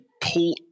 pull